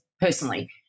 personally